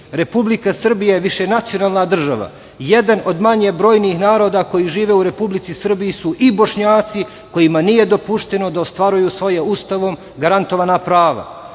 Republika Srbija je višenacionalna država. Jedan od manje brojnih naroda koji žive u Republici Srbiji su i Bošnjaci kojima nije dopušteno da ostvaruju svoja Ustavom garantovana